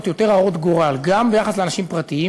יותר הרות גורל גם ביחס לאנשים פרטיים,